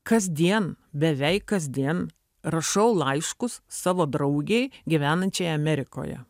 kasdien beveik kasdien rašau laiškus savo draugei gyvenančiai amerikoje